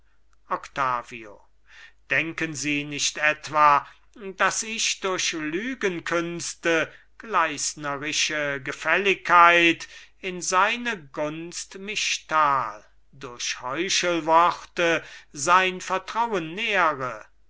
octavio denken sie nicht etwa daß ich durch lügenkünste gleisnerische gefälligkeit in seine gunst mich stahl durch heuchelworte sein vertrauen nähre